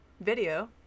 video